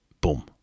Boom